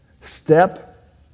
step